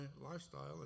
lifestyle